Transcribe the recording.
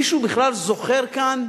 מישהו בכלל זוכר כאן,